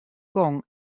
gong